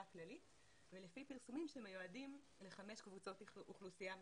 הכללית ולפי פרסומים שמיועדים לחמש קבוצות אוכלוסייה מרכזיות.